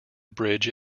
bridge